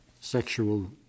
sexual